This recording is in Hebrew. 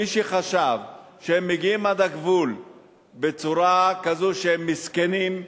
מי שחשב שהם מגיעים עד הגבול בצורה כזו שהם מסכנים,